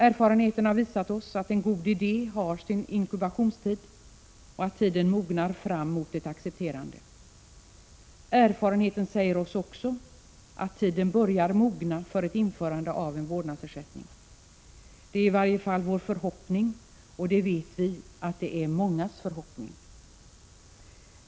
Erfarenheten har visat oss att en god idé har sin inkubationstid och att tiden mognar fram mot ett accepterande. Erfarenheten säger oss också att tiden börjar mogna för ett införande av en vårdnadsersättning. Det är i varje fall vår förhoppning, och vi vet att det är mångas förhoppning.